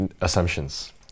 assumptions